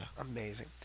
Amazing